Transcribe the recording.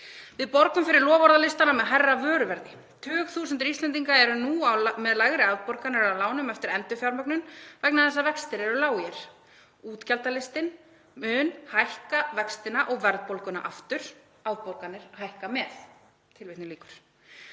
Við borgum fyrir loforðalistana með hærra vöruverði. Tugþúsundir Íslendinga eru nú með lægri afborganir af lánum eftir endurfjármögnun vegna þess að vextir eru lágir. Útgjaldalistinn mun hækka vextina og verðbólguna aftur. Afborganirnar hækka með.“ Nú er liðið